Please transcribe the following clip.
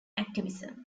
activism